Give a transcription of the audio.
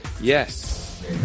Yes